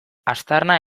aztarna